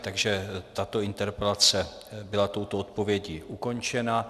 Takže tato interpelace byla touto odpovědí ukončena.